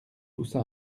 poussa